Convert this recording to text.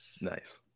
Nice